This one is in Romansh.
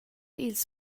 ils